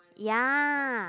ya